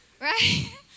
Right